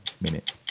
Minute